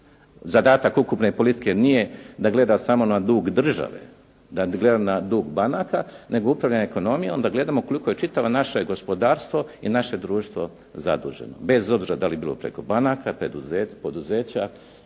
Zadatak ukupne politike nije da gleda samo na dug države, da gleda na dug banaka, nego upravljanje ekonomijom da gledamo koliko je čitavo naše gospodarstvo i naše društvo zaduženo, bez obzira da li bilo preko banaka, poduzeća